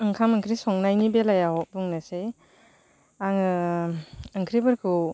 ओंखाम ओंख्रि संनायनि बेलायाव बुंनोसै आङो ओंख्रिफोरखौ